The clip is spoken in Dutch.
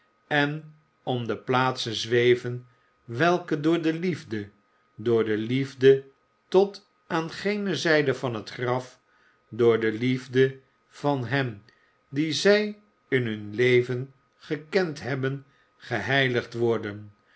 en om de plaatsen zweven welke door de liefde door de liefde tot aan gene zijdie van het graf door de liefde van hen die zij in hun leven gekend hebben geheiligd worden